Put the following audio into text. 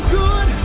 good